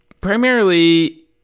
primarily